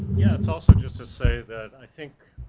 yeah, it's also just to say that i think